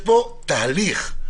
פה תהליך.